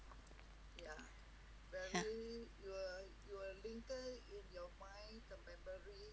ya